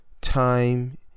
time